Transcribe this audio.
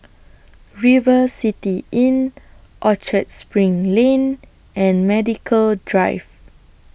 River City Inn Orchard SPRING Lane and Medical Drive